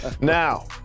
Now